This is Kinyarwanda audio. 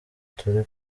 turi